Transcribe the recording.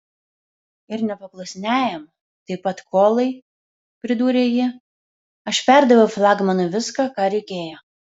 ir nepaklusniajam taip pat kolai pridūrė ji aš perdaviau flagmanui viską ką reikėjo